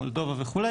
מולדובה וכו',